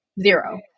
zero